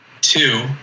Two